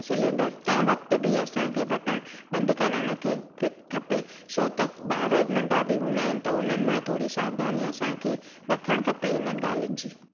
cylinder तंहिं वक़्त बि असांखे बटण बंदि करणु रखे फिट खपे छो त ॿार नंढा बि हूंदा आहिनि त हुननि मां थोरी सावधानी असांखे रखनि खपे हिननि ॻाल्हियुनि जी